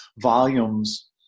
volumes